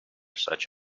such